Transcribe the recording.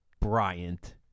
Bryant